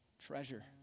treasure